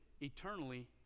eternally